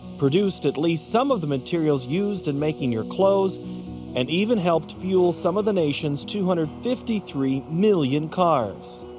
produced at least some of the materials used in making your clothes and even helped fuel some of the nation's two hundred and fifty three million cars.